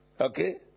Okay